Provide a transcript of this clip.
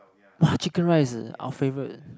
!wah! chicken rice our favourite